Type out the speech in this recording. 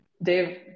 Dave